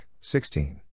sixteen